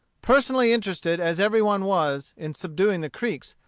personally interested as every one was in subduing the creeks,